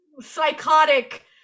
psychotic